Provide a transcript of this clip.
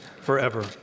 forever